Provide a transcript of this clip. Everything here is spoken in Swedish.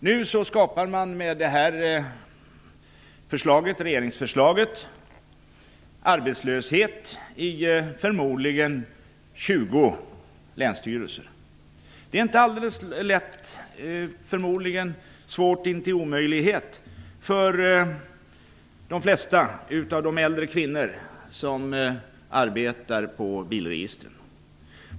Nu skapar man med det här regeringsförslaget arbetslöshet vid förmodligen 20 länsstyrelser. Detta är inte alldeles lätt - förmodligen är det svårt intill omöjlighet - för de flesta av de äldre kvinnor som arbetar på bilregister.